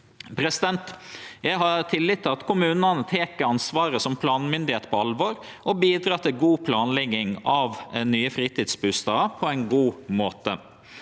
utbygging. Eg har tillit til at kommunane tek ansvaret som planmyndigheit på alvor og bidrar til god planlegging av nye fritidsbustader på ein god måte.